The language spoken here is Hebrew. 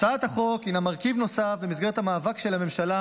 הצעת החוק הינה מרכיב נוסף במסגרת המאבק של הממשלה